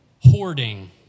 Hoarding